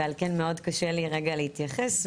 ועל כן מאוד קשה לי רגע להתייחס,